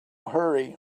hurry